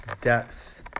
depth